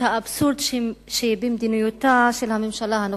האבסורד שבמדיניותה של הממשלה הנוכחית.